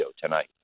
tonight